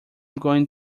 going